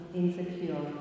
insecure